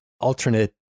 alternate